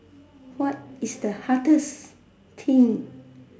what is the hardest thing